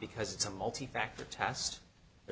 because it's a multi factor test there's